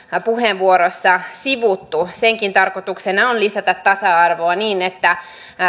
puheenvuorossa sivuttu senkin tarkoituksena on lisätä tasa arvoa niin että